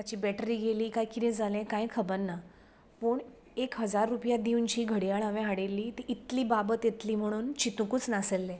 ताची बॅटरी गेली काय कितें जाली कांय खबर ना पूण एक हजार रुपया दिवन हांवें जी घडयाळ हाडिल्ली ती इतली बाबत येतली म्हणून चितुकूंच नासिल्ले